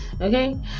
Okay